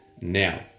Now